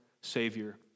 Savior